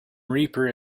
reaper